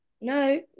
No